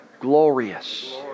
Glorious